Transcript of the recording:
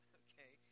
okay